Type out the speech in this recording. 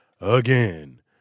again